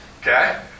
okay